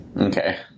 Okay